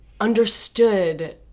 understood